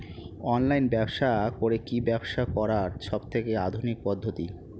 Online ব্যবসা করে কি ব্যবসা করার সবথেকে আধুনিক পদ্ধতি?